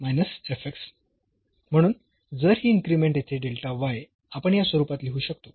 म्हणून जर ही इन्क्रीमेंट येथे आपण या स्वरूपात लिहू शकतो